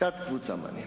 תחזור לפרוטוקול.